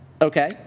Okay